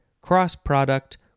cross-product